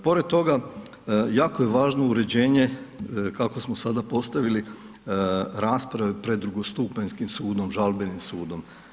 Pored toga, jako je važno uređenje, kako smo sada postavili, rasprave pred drugostupanjskim sudom, žalbenim sudom.